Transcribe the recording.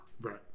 right